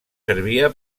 servia